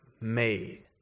made